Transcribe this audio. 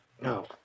No